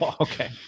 Okay